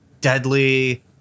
deadly